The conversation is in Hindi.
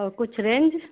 और कुछ रेंज